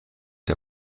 der